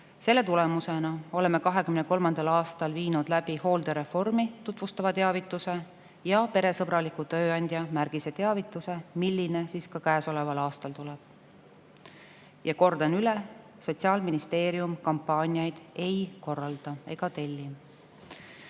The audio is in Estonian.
Selle tulemusena oleme 2023. aastal viinud läbi hooldereformi tutvustava teavituse ja peresõbraliku tööandja märgise teavituse, mis tuleb ka käesoleval aastal. Kordan üle: Sotsiaalministeerium kampaaniaid ei korralda ega telli.